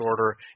order